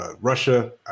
Russia